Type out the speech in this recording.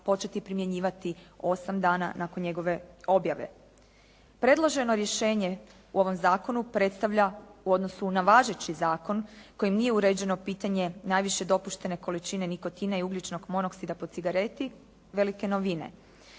početi primjenjivati 8 dana nakon njegove objave. Predloženo rješenje u ovom zakonu predstavlja u odnosu na važeći zakon kojim nije uređeno pitanje najviše dopuštene količine nikotina i ugljičnog monoksida po cigareti, velike novine.